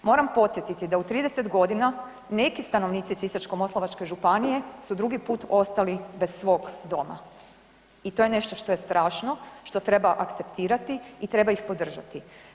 Moram podsjetiti da u 30 godina neki stanovnici Sisačko-moslavačke županije su drugi put ostali bez svog doma i to je nešto što je strašno, što treba akceptirati i treba ih podržati.